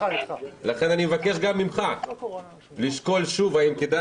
לכן אני מבקש גם ממך לשקול שוב אם כדאי